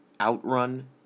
outrun